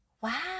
Wow